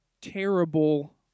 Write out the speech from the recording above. terrible